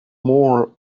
more